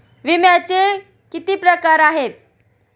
विम्याचे किती प्रकार आहेत?